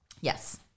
Yes